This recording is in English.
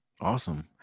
Awesome